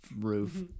roof